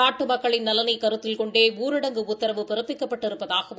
நாட்டு மக்களின் நலனை கருத்தில் கொண்டே ஊரடங்கு உத்தரவு பிறப்பிக்கப்பட்டிருப்பதாகவும்